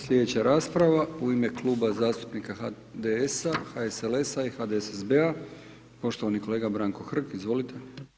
Slijedeća rasprava u ime Kluba zastupnika HDS-a, HSLS-a i HDSSB-a, poštovani kolega Branko Hrg, izvolite.